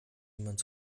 niemand